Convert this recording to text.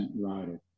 rider